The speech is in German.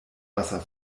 wasser